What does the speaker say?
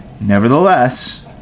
Nevertheless